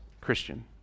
Christian